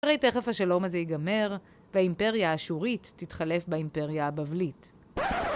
הרי תכף השלום הזה ייגמר, והאימפריה האשורית תתחלף באימפריה הבבלית.